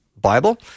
Bible